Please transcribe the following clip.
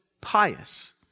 pious